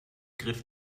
griff